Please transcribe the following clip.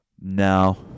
No